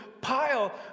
pile